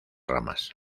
ramas